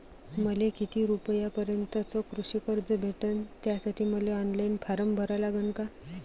मले किती रूपयापर्यंतचं कृषी कर्ज भेटन, त्यासाठी मले ऑनलाईन फारम भरा लागन का?